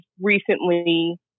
recently